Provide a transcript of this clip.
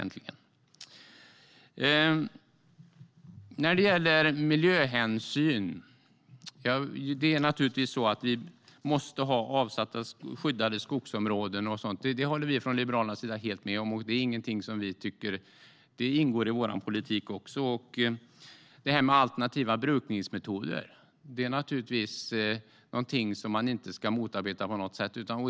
När det gäller miljöhänsyn måste vi givetvis ha avsatta och skyddade skogsområden. Det håller Liberalerna helt med om, och det ingår också i vår politik. Alternativa brukningsmetoder ska givetvis inte motarbetas.